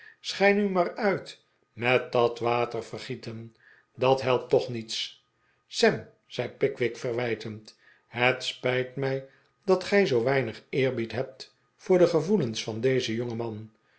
schei nu maar uit met dat water vergieten dat helpt toch niets sam zei pickwick verwijtend het spijt mij dat gij zoo weinig eerbied hebt voor de gevoelens van dezen jongen man